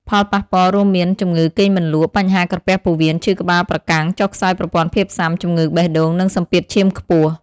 ផលប៉ះពាល់រួមមាន ជំងឺគេងមិនលក់ បញ្ហាក្រពះពោះវៀន ឈឺក្បាលប្រកាំង ចុះខ្សោយប្រព័ន្ធភាពស៊ាំ ជំងឺបេះដូង និងសម្ពាធឈាមខ្ពស់។